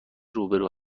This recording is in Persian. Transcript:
روبرو